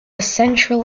central